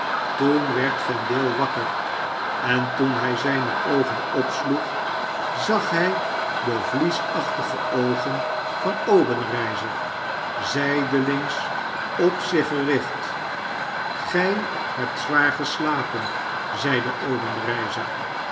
toen werd vendale wakker en toen hij zyne oogen opsloeg zag hy de vliesachtige oogen van obenreizer zydelings op zich gericht gij hebt zwaar zwaar geslapen zeide obenreizer